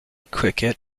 cricket